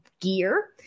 gear